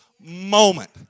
moment